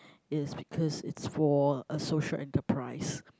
is because it's for a social enterprise